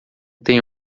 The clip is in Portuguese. tem